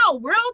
real